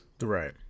Right